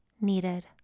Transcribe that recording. needed